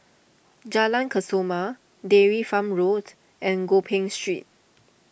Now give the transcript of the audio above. Jalan Kesoma Dairy Farm Road and Gopeng Street